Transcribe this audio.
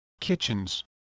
kitchens